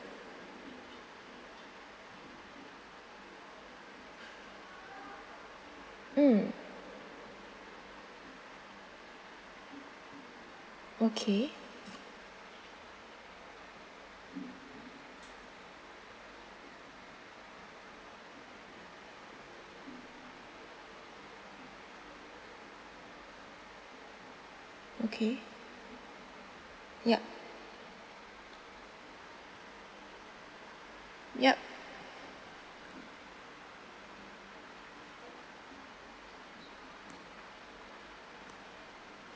mm okay okay ya yup